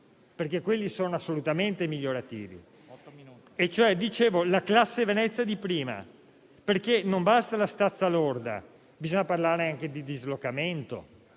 perché sono assolutamente migliorativi. Ritorno alla classe Venezia di cui prima, perché non basta la stazza lorda, ma bisogna parlare anche di dislocamento.